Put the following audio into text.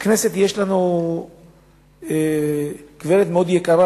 בכנסת יש לנו גברת מאוד יקרה,